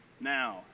Now